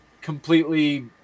completely